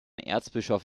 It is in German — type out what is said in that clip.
erzbischof